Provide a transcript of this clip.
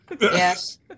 Yes